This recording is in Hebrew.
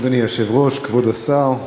אדוני היושב-ראש, כבוד השר,